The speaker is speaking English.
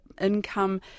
income